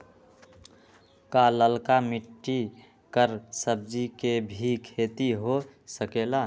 का लालका मिट्टी कर सब्जी के भी खेती हो सकेला?